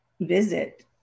visit